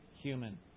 human